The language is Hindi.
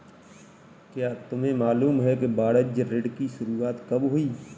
क्या तुम्हें मालूम है कि वाणिज्य ऋण की शुरुआत कब हुई?